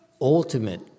Ultimate